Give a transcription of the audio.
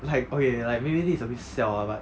like okay like maybe this is a bit siao ah but